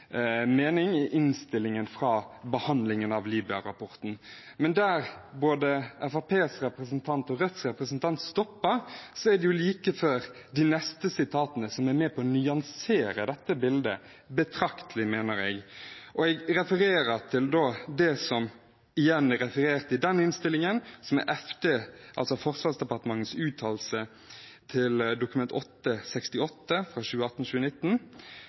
mening i innstillingen fra behandlingen av Libya-rapporten. Men der både Fremskrittspartiets representant og Rødts representant stopper, er jo like før de neste sitatene som er med på å nyansere dette bildet betraktelig, mener jeg. Jeg refererer til det som igjen er referert i den innstillingen, altså Forsvarsdepartementets uttalelse til Dokument